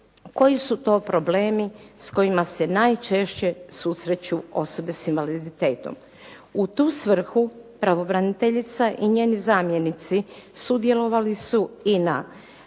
koji su to problemi s kojima se najčešće susreću osobe s invaliditetom. U tu svrhu, pravobraniteljica i njeni zamjenici sudjelovali su i na